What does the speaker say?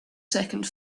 second